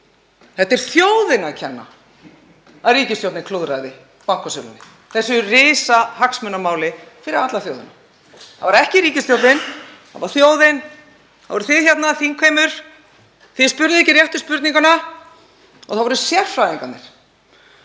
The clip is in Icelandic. Það er þjóðinni að kenna að ríkisstjórnin klúðraði bankasölu, þessu risahagsmunamáli fyrir alla þjóðina. Það var ekki ríkisstjórnin. Það var þjóðin. Það voruð þið hérna, þingheimur. Þið spurðuð ekki réttu spurninganna. Það voru sérfræðingarnir